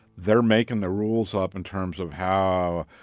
they're making the rules up in terms of how,